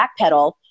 backpedal